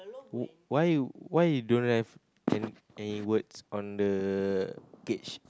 w~ why you why you don't have a~ any words on the cage